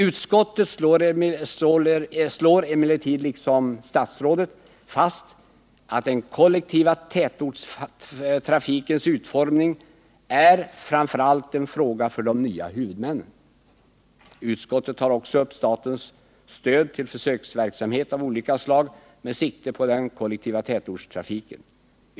Utskottet slår emellertid liksom statsrådet fast att den kollektiva tätortstrafikens utformning framför allt är en fråga för de nya huvudmännen. Utskottet tar också upp statens stöd till försöksverksamhet av olika slag med sikte på den kollektiva tätortstrafiken.